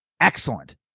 Excellent